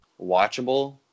watchable